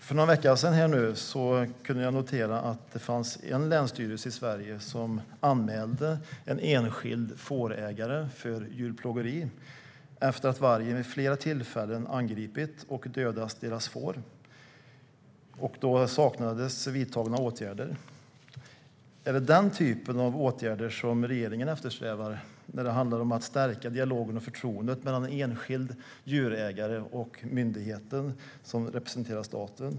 För någon vecka sedan noterade jag att en länsstyrelse i Sverige hade anmält en enskild fårägare för djurplågeri efter att vargen vid flera tillfällen angripit och dödat dennes får. Då saknades vidtagna åtgärder. Är det den typen av åtgärder som regeringen eftersträvar när det handlar om att stärka dialogen och förtroendet mellan den enskilda djurägaren och myndigheten som representerar staten?